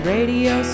Radio